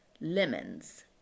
lemons